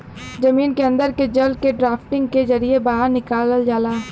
जमीन के अन्दर के जल के ड्राफ्टिंग के जरिये बाहर निकाल जाला